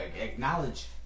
Acknowledge